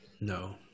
no